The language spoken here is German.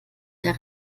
der